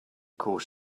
cause